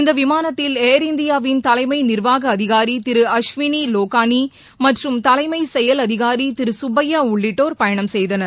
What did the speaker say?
இந்த விமானத்தில் ஏர் இந்தியாவின் தலைமை நிர்வாக அதிகாரி திரு அஸ்வினி லோகானி மற்றும் தலைமை செயல் அதிகாரி திரு சுப்பையா உள்ளிட்டோர் பயணம் செய்தனர்